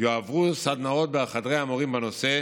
יועברו סדנאות בחדרי המורים בנושא.